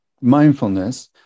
mindfulness